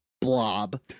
blob